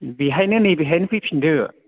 बेहायनो नै बेहायनो फैफिनदो